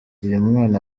uyumwana